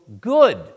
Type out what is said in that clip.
good